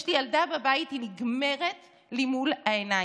יש לי ילדה בבית, היא נגמרת לי מול העיניים.